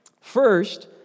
First